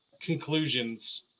conclusions